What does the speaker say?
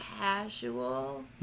Casual